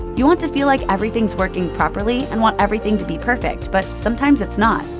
you want to feel like everything's working properly and want everything to be perfect, but sometimes it's not.